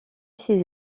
ses